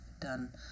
done